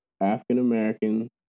African-American